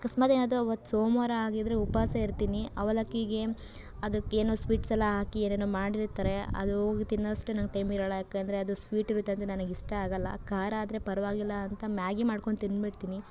ಅಕಸ್ಮಾತ್ ಏನಾದ್ರು ಅವತ್ತು ಸೋಮವಾರ ಆಗಿದ್ದರೆ ಉಪವಾಸ ಇರ್ತೀನಿ ಅವಲಕ್ಕಿಗೆ ಅದಕ್ಕೆ ಏನೋ ಸ್ವೀಟ್ಸ್ ಎಲ್ಲ ಹಾಕಿ ಏನೇನೋ ಮಾಡಿರ್ತಾರೆ ಅದು ಹೋಗ್ ತಿನ್ನೋಷ್ಟು ನನ್ಗೆ ಟೈಮ್ ಇರೋಲ್ಲ ಯಾಕಂದರೆ ಅದು ಸ್ವೀಟ್ ಇರುತ್ತೆ ಅದು ನನಗೆ ಇಷ್ಟ ಆಗೋಲ್ಲ ಖಾರ ಆದರೆ ಪರವಾಗಿಲ್ಲಾಂತ ಮ್ಯಾಗಿ ಮಾಡ್ಕೊಂಡು ತಿನ್ಬಿಡ್ತೀನಿ